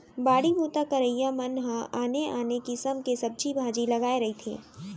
बाड़ी बूता करइया मन ह आने आने किसम के सब्जी भाजी लगाए रहिथे